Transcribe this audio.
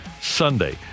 Sunday